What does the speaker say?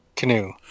canoe